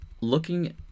looking